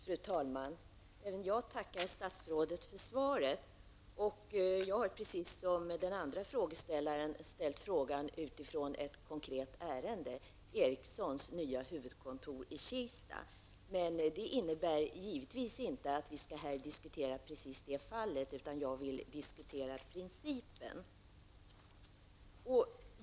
Fru talman! Även jag tackar statsrådet för svaret. Precis som den andra frågeställaren har jag ställt min fråga utifrån ett konkret ärende, Ericssons nya huvudkontor i Kista. Det innebär givetvis inte att vi här skall diskutera just det fallet, utan jag vill diskutera principen.